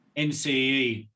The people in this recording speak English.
NCE